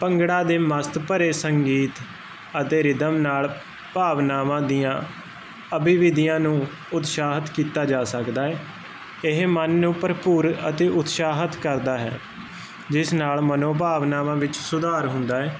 ਭੰਗੜਾ ਦੇ ਮਸਤ ਭਰੇ ਸੰਗੀਤ ਅਤੇ ਰਿਦਮ ਨਾਲ ਭਾਵਨਾਵਾਂ ਦੀਆਂ ਅਭੀਵਿਧੀਆਂ ਨੂੰ ਉਤਸਾਹਿਤ ਕੀਤਾ ਜਾ ਸਕਦਾ ਏ ਇਹ ਮਨ ਨੂੰ ਭਰਪੂਰ ਅਤੇ ਉਤਸਾਹਿਤ ਕਰਦਾ ਹੈ ਜਿਸ ਨਾਲ ਮਨੋਭਾਵਨਾਵਾਂ ਵਿੱਚ ਸੁਧਾਰ ਹੁੰਦਾ ਹੈ